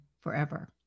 forever